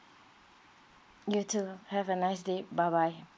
you too have a nice day bye bye